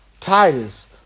Titus